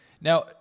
now